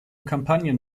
kampagnen